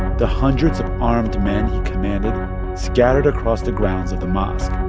the hundreds of armed men he commanded scattered across the grounds of the mosque,